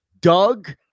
Doug